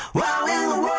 wow